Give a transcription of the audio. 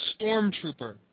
stormtrooper